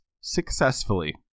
Successfully